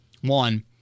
One